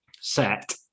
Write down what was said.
set